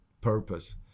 purpose